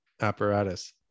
apparatus